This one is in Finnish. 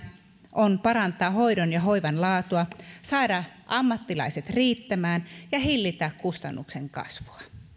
on parantaa hoidon ja hoivan laatua saada ammattilaiset riittämään ja hillitä kustannusten kasvua